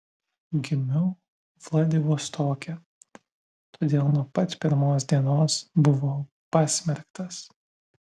gimiau vladivostoke todėl nuo pat pirmos dienos buvau pasmerktas